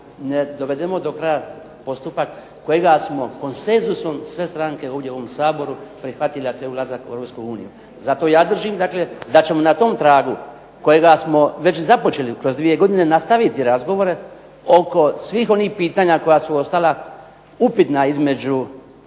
ne dovedemo do kraja postupak kojega smo konsenzusom sve stranke ovdje u ovom Saboru prihvatili, a to je ulazak u Europsku uniju. Zato ja držim dakle da ćemo na tom tragu kojega smo već započeli kroz dvije godine nastaviti razgovore oko svih onih pitanja koja su ostala upitna između